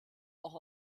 auch